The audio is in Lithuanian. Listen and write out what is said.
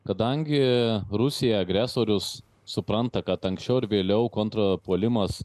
kadangi rusija agresorius supranta kad anksčiau ar vėliau kontrapuolimas